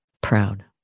proud